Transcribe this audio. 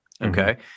Okay